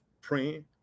Praying